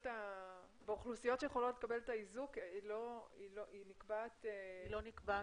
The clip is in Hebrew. החלוקה לאוכלוסיות שיכולות לקבל את האיזוק לא נקבעת בחוק?